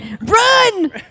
Run